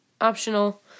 optional